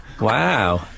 Wow